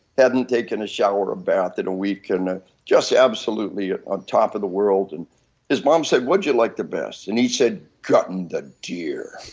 hadn't taken a shower or a bath in a week and just absolutely on top of the world. and his mom said, what did you like the best? and he said, cutting the deer.